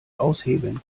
aushebeln